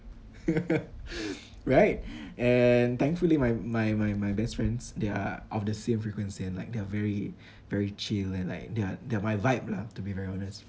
right and thankfully my my my my best friends they are of the same frequency and like they're very very chill and like they're they're my vibe lah to be very honest